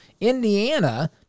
Indiana